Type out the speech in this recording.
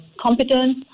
competence